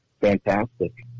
fantastic